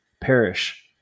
perish